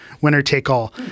winner-take-all